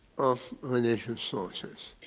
of religious sources.